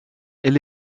elle